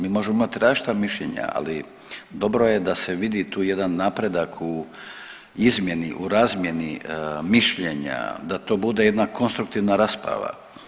Mi možemo imati različita mišljenja, ali dobro je da se vidi tu jedan napredak u izmjeni, u razmjeni mišljenja, da to bude jedna konstruktivna rasprava.